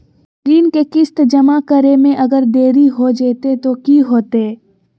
ऋण के किस्त जमा करे में अगर देरी हो जैतै तो कि होतैय?